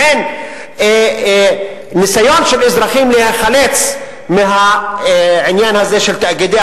מעין ניסיון של אזרחים להיחלץ מהעניין הזה של תאגידי